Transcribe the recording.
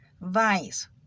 vice